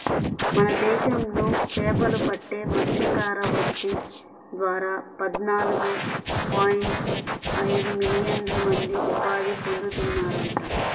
మన దేశంలో చేపలు పట్టే మత్స్యకార వృత్తి ద్వారా పద్నాలుగు పాయింట్ ఐదు మిలియన్ల మంది ఉపాధి పొందుతున్నారంట